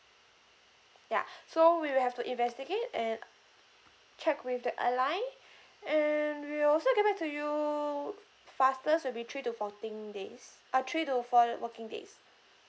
ya so we will have to investigate and check with the airline and we'll also get back to you fastest will be three to fourteen days uh three to four working days